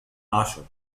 عشر